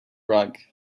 rug